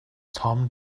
tom